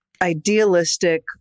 idealistic